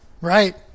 right